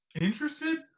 interested